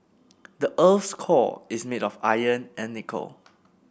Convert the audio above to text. the earth's core is made of iron and nickel